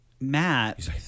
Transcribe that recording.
Matt